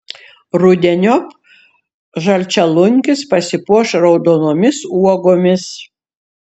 rudeniop žalčialunkis pasipuoš raudonomis uogomis